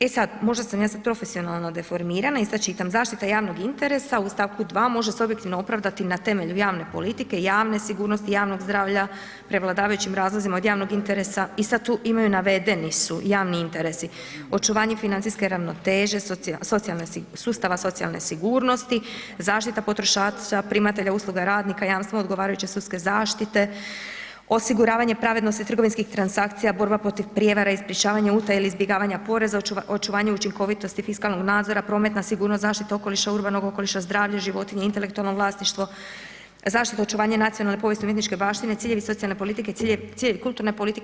E sada, možda sam ja sada profesionalno deformirana i sada čitam: „Zaštita javnog interesa u stavku 2. može se objektivno opravdati na temelju javne politike, javne sigurnosti, javnog zdravlja, prevladavajućim razlozima od javnog interesa“ i sada tu imaju navedeni su javni interesi: „očuvanje financijske ravnoteže, sustava socijalne sigurnosti, zaštita potrošača, primatelja usluga, radnika, jamstvo odgovarajuće sudske zaštite, osiguravanje pravednosti trgovinskih transakcija, borba protiv prijevare i sprječavanje utaje ili izbjegavanja poreza, očuvanje učinkovitosti fiskalnog nadzora, prometna sigurnost, zaštita okoliša, urbanog okoliša, zdravlja životinja, intelektualno vlasništvo, zaštita očuvanja nacionalne povijesne umjetničke baštine, ciljevi socijalne politike, ciljevi kulturne politike“